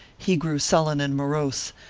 he grew sullen and morose,